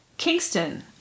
Kingston